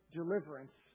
deliverance